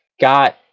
got